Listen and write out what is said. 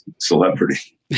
celebrity